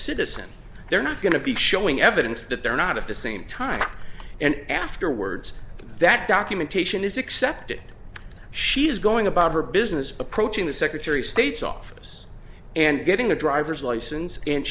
citizen they're not going to be showing evidence that they're not of the same time and afterwards that documentation is excepted she is going about her business approaching the secretary of state's office and getting a driver's license and